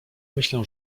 myślę